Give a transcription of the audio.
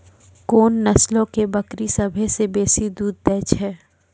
कोन नस्लो के बकरी सभ्भे से बेसी दूध दै छै?